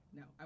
no